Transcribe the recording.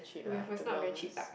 with was not very cheap lah